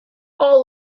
all